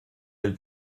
elle